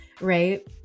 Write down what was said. Right